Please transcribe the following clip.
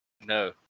No